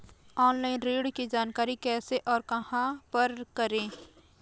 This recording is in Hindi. ऑनलाइन ऋण की जानकारी कैसे और कहां पर करें?